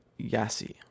Yassi